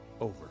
over